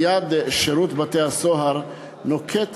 מייד שירות בתי-הסוהר נוקט,